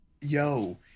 yo